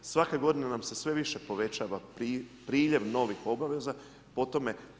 Svake godine nam se sve više povećava priljev novih obaveza po tome.